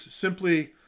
simply